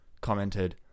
commented